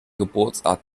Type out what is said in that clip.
geburtsort